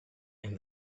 and